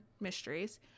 mysteries